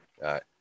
right